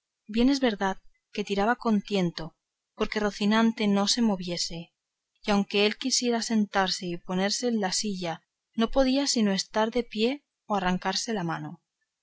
bien es verdad que tiraba con tiento porque rocinante no se moviese y aunque él quisiera sentarse y ponerse en la silla no podía sino estar en pie o arrancarse la mano